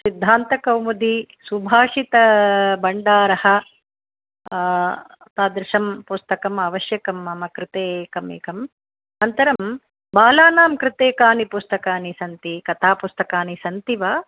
सिद्धान्तकौमुदी सुभाषितभण्डारः तादृशं पुस्तकम् आवश्यकं मम कृते एकम् एकम् अनन्तरं बालानां कृते कानि पुस्तकानि सन्ति कथा पुस्तकानि सन्ति वा